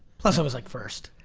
plus, i was like first.